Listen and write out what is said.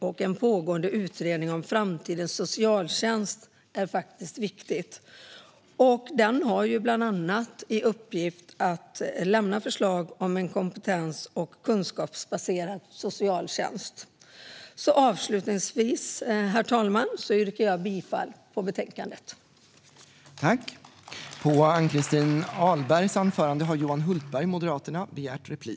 Den pågående utredningen om framtidens socialtjänst är viktig. Den har bland annat i uppgift att lämna förslag om en kompetens och kunskapsbaserad socialtjänst. Avslutningsvis, herr talman, yrkar jag bifall till utskottets förslag till beslut.